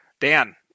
Dan